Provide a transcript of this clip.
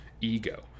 ego